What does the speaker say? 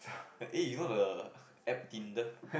like eh you know the App Tinder